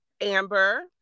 Amber